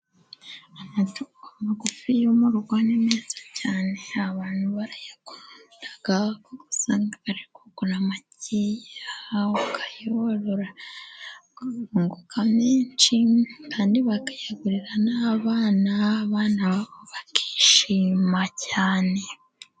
Amatungo magufi yo mu rugo ni meza cyane, abantu barayakunda kuko usanga ari kugura make ,ukayorora, ukunguka menshi, bakayagurira n'abana babo bakishima cyane.